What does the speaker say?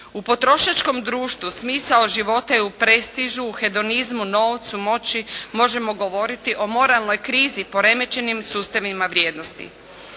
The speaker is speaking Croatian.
U potrošačkom društvu smisao života je u prestižu, u hedonizmu, novcu, moći. Možemo govoriti o moralnoj krizi, poremećenim sustavima vrijednosti.